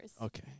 Okay